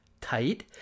tight